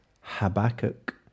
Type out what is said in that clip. Habakkuk